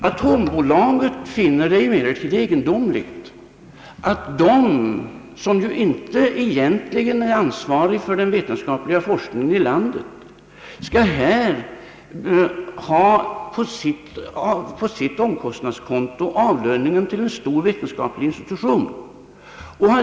Atombolaget finner det emellertid litet egendomligt att bolaget, som egentligen inte har ansvaret för den vetenskapliga forskningen i landet, på sitt omkostnadskonto skall ha avlöningen till en stor vetenskaplig institution.